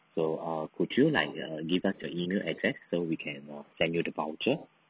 so err could you like err give us your email address so we can uh send you the voucher